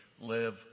live